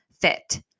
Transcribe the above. fit